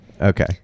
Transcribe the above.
Okay